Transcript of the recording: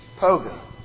Poga